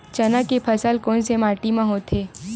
चना के फसल कोन से माटी मा होथे?